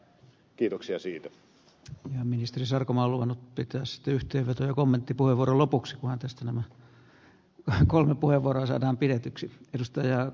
kiitoksia siitä te ministeri sarkomaa luvannut pitää stt yhteenvetoja kommenttipuheenvuoron lopuksi vain tästä nämä kaksi kolmen puheenvuoron saadaan pidetyksi pelistä ja